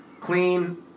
clean